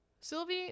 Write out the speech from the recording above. Sylvie